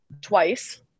twice